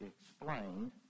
explained